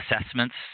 assessments